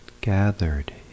gathered